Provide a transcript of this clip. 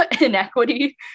inequity